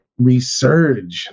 resurge